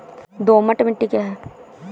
दोमट मिट्टी क्या है?